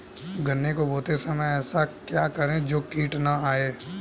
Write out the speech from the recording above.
गन्ने को बोते समय ऐसा क्या करें जो कीट न आयें?